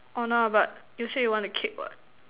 oh no lah but you say you want the cake what